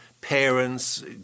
parents